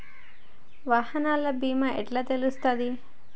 వాహనాల బీమా ఎట్ల తెలుస్తది?